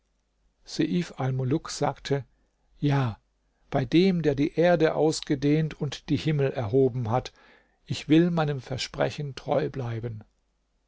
sagte ja bei dem der die erde ausgedehnt und die himmel erhoben hat ich will meinem versprechen treu bleiben